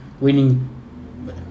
winning